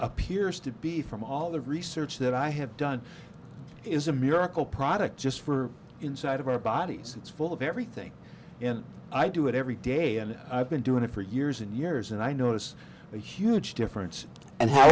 appears to be from all the research that i have done is a miracle product just for inside of our bodies it's full of everything in i do it every day and i've been doing it for years and years and i notice a huge difference and how